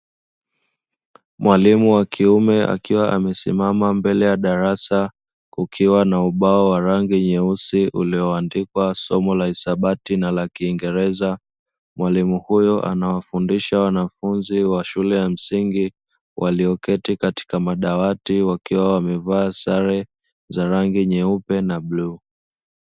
Mwalimu wa kiume akiwa amesimama mbele ya darasa kukiwa na ubao wa rangi nyeusi ulioandikwa somo la hisabati na la kiingereza mwalimu huyo anawafundisha wanafunzi wa shule ya msingi walioketi katika madawati wakiwa wamevaa sare za rangi nyekundu na bluu.